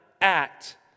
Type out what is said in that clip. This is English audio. act